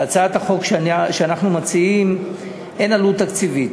להצעת החוק שאנחנו מציעים אין עלות תקציבית.